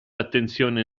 attenzione